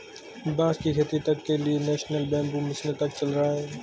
बांस की खेती तक के लिए नेशनल बैम्बू मिशन तक चल रहा है